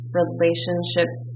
relationships